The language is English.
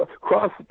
Cross